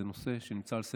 שזה נושא שנמצא על סדר-היום.